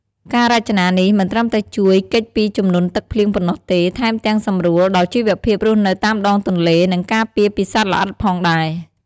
ការរចនានេះមិនត្រឹមតែជួយគេចពីជំនន់ទឹកភ្លៀងប៉ុណ្ណោះទេ ថែមទាំងសម្រួលដល់ជីវភាពរស់នៅតាមដងទន្លេ និងការពារពីសត្វល្អិតផងដែរ។